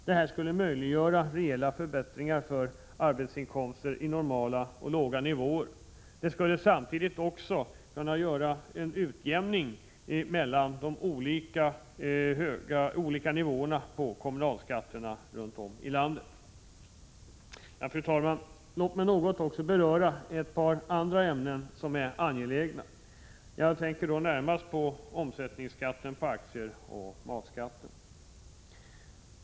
Detta skulle möjliggöra rejäla förbättringar för arbetsinkomster i normala och låga nivåer. Det skulle samtidigt kunna bli en utjämning mellan de olika nivåerna på kommunalskatt runt om i landet. Fru talman! Låt mig något beröra ett par andra ämnen som är angelägna. Jag tänker närmast på omsättningsskatten på aktier och matskatten.